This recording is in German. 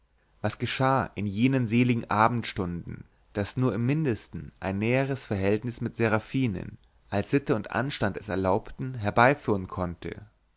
was geschah in jenen seligen abendstunden das nur im mindesten ein näheres verhältnis mit seraphinen als sitte und anstand es erlaubten herbeiführen konnte